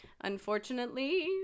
Unfortunately